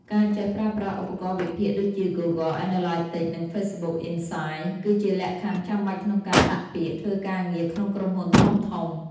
ការចេះប្រើប្រាស់ឧបករណ៍វិភាគដូចជា Google Analytics និង Facebook Insights គឺជាលក្ខខណ្ឌចាំបាច់ក្នុងការដាក់ពាក្យធ្វើការងារក្នុងក្រុមហ៊ុនធំៗ។